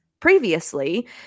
previously